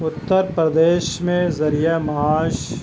اُترپردیش میں ذریعہ معاش